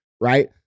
right